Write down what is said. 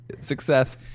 success